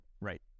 Right